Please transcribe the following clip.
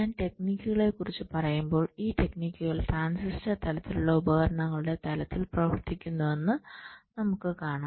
ഞാൻ ടെക്നിക്കുകളെക്കുറിച്ച് പറയുമ്പോൾ ഈ ടെക്നിക്കുകൾ ട്രാൻസിസ്റ്റർ തലത്തിലുള്ള ഉപകരണങ്ങളുടെ തലത്തിൽ പ്രവർത്തിക്കുമെന്ന് നമുക്ക് കാണാം